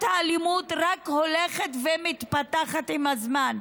האלימות רק הולכת ומתפתחת עם הזמן.